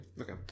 okay